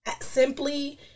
Simply